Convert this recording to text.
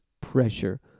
pressure